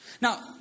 Now